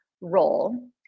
role